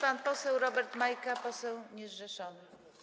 Pan poseł Robert Majka, poseł niezrzeszony.